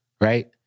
Right